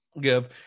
give